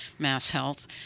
MassHealth